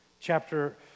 Chapter